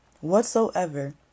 whatsoever